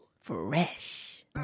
Fresh